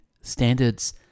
Standards